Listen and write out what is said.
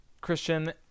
Christian